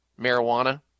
marijuana